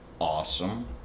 Awesome